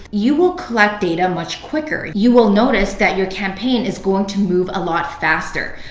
you will collect data much quicker. you will notice that your campaign is going to move a lot faster.